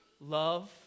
Love